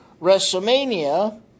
WrestleMania